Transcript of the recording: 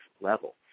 level